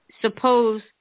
suppose